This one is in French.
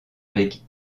avec